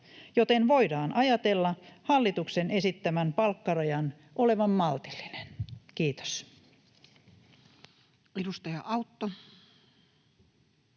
joten voidaan ajatella hallituksen esittämän palkkarajan olevan maltillinen. — Kiitos. [Speech 188]